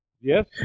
Yes